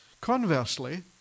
Conversely